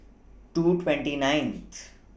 two twenty ninth